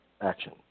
action